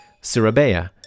Surabaya